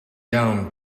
down